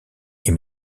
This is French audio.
est